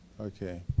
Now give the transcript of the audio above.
Okay